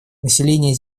население